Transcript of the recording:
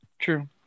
True